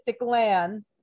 land